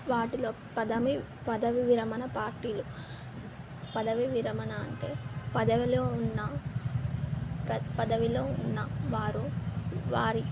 వాటిలో పదమి పదవి విరమణ పార్టీలు పదవీ విరమణ అంటే పదవిలో ఉన్న ప పదవిలో ఉన్న వారు వారి